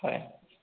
হয়